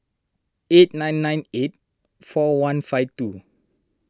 eight nine nine eight four one five two